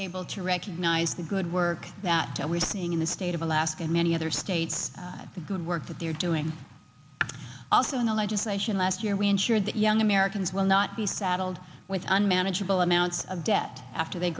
able to recognize the good work that we're seeing in the state of alaska and many other states the good work that they're doing also in the legislation last year we ensure that young americans will not be saddled with unmanageable amounts of debt after they